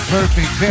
Perfect